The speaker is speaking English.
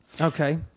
Okay